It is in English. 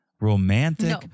romantic